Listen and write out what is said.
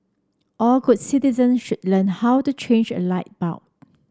all good citizen should learn how to change a light bulb